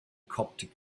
coptic